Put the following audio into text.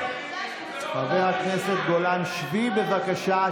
חברת הכנסת גולן, שבי, בבקשה.